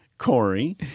Corey